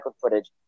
footage